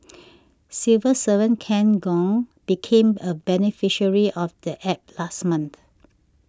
civil servant Ken Gong became a beneficiary of the App last month